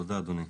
תודה אדוני.